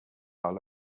all